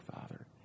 Father